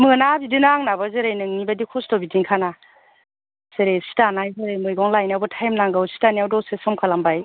मोना बिदिनो आंनाबो जेरै नोंनिबायदि खस्थ' बिदिनोखाना जेरै सि दानाय जेरै मैगं लायनायावबो थाइम नांगौ सि दानायाव दसे सम खालामनाय